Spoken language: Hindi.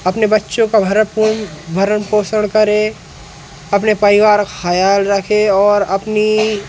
अपने बच्चों को भरण पो भरण पोषण करें अपने परिवार खयाल रखे और अपनी